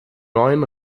neuen